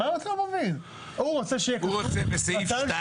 הוא רוצה שבפסקה (2)